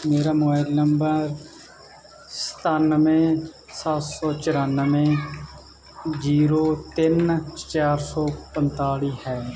ਮੇਰਾ mobile number ਸਤਾਨਵੇਂ ਸੱਤ ਸੌ ਚੁਰਾਨਵੇਂ ਜੀਰੋ ਤਿੰਨ ਚਾਰ ਸੌ ਪੰਤਾਲੀ ਹੈ